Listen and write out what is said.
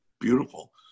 beautiful